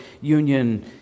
union